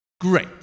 Great